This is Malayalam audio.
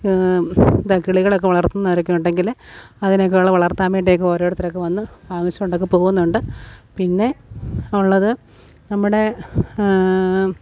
എന്താണ് കിളികളൊക്കെ വളർത്തുന്നവരൊക്കെ ഉണ്ടെങ്കില് അതിനൊക്കെയുള്ള വളർത്താൻ വേണ്ടി ഒക്കെ ഓരോരുത്തരൊക്കെ വന്ന് വാങ്ങിച്ചോണ്ടൊക്കെ പോകുന്നുണ്ട് പിന്നെ ഉള്ളത് നമ്മുടെ